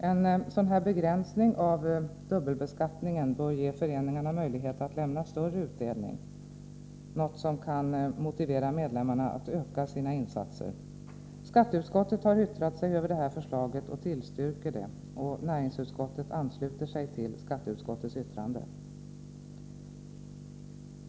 En sådan begränsning av dubbelbeskattningen bör ge föreningarna möjlighet att lämna större utdelning, något som kan motivera medlemmarna att öka sina insatser. Skatteutskottet har yttrat sig över förslaget och tillstyrker det. Näringsutskottet ansluter sig till skatteutskottets yttrande.